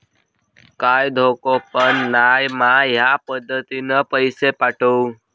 काय धोको पन नाय मा ह्या पद्धतीनं पैसे पाठउक?